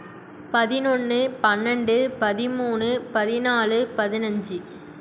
பதினொன்று பன்னெண்டு பதிமூணு பதினாலு பதினைஞ்சி